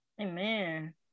amen